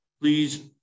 please